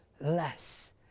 less